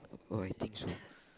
oh I think so